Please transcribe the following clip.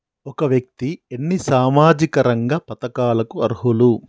ఒక వ్యక్తి ఎన్ని సామాజిక రంగ పథకాలకు అర్హులు?